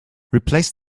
replace